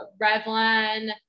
Revlon